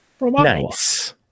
Nice